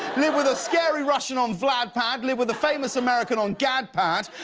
live with a scary russian on vladpad, live with a famous american on gadpad,